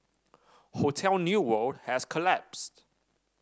hotel New World has collapsed